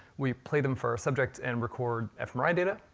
we play them for our subject and record fmri data.